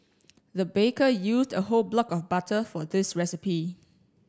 the baker used a whole block of butter for this recipe